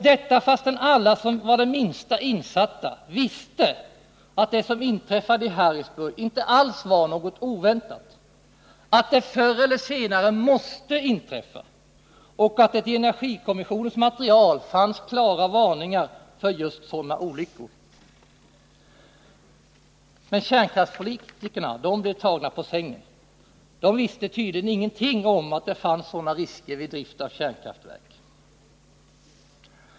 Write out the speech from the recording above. Detta fastän alla som var det minsta insatta visste att det som inträffade i Harrisburg inte alls var något oväntat, att det förr eller senare måste inträffa och att det i energikommissionens material fanns klara varningar för just sådana olyckor. Men kärnkraftspolitikerna blev tagna på sängen. De visste tydligen ingenting om att det fanns sådana risker vid drift av kärnkraftverk.